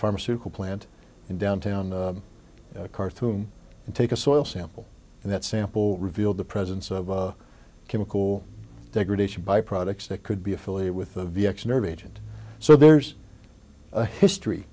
pharmaceutical plant in downtown khartoum and take a soil sample and that sample revealed the presence of chemical degradation by products that could be affiliated with a vieques nerve agent so there's a history